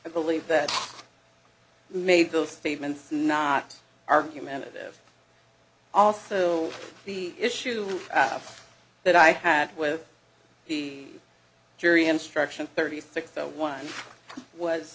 i believe that made those statements not argumentative also the issue that i had with the jury instruction thirty six one was